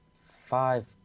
five